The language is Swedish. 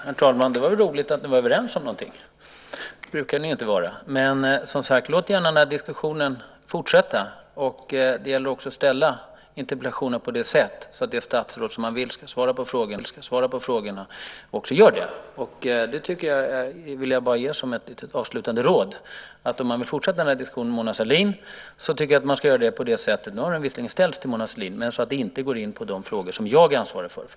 Herr talman! Det var väl roligt att ni är överens om någonting. Det brukar ni ju inte vara. Men, som sagt, låt gärna den här diskussionen fortsätta. Det gäller också att ställa interpellationen på ett sådant sätt att det statsråd som man vill ska svara på frågorna också gör det. Det vill jag bara ge som ett litet avslutande råd. Om man vill fortsätta den här diskussionen med Mona Sahlin ska man göra det på ett sådant sätt, nu har den visserligen ställts till Mona Sahlin, att det inte går in på de frågor som jag är ansvarig för.